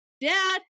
dad